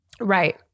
Right